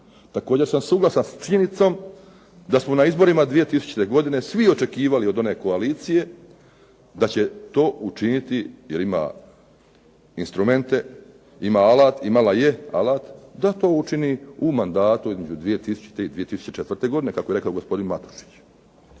Također sam suglasan sa činjenicom da smo na izborima 2000. godine svi očekivali od one koalicije učiniti jer ima instrumente, imala je alat da to učini u mandatu između 2000. i 2004. godine kako je rekao gospodin Matušić,